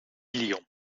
lion